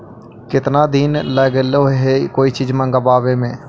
केतना दिन लगहइ कोई चीज मँगवावे में?